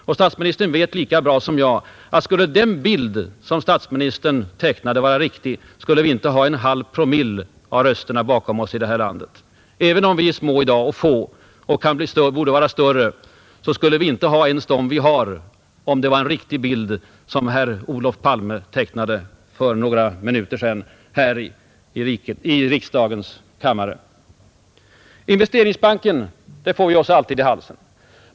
Och statsministern vet lika bra som jag att om den bild som statsministern tecknade skulle vara riktig skulle vi inte ha en halv promille av rösterna i detta land bakom oss. Vi är få och vårt parti är litet i dag — och borde vara större — men vi skulle inte ens ha de röster vi har om det var en sanningsenlig bild som herr Olof Palme tecknade för några minuter sedan här i kammaren. Investeringsbanken får vi oss alltid i halsen.